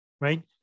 right